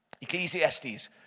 Ecclesiastes